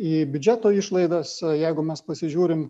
į biudžeto išlaidas jeigu mes pasižiūrim